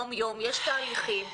יש תהליכים,